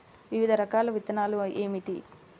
వివిధ రకాల విత్తనాలు ఏమిటి?